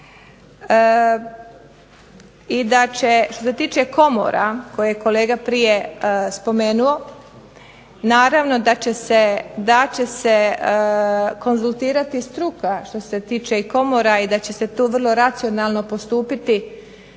i da će što se tiče komora koje je kolega prije spomenuo naravno da će se konzultirati struka. Što se tiče i komora i da će se tu vrlo racionalno postupiti